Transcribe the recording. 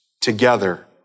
together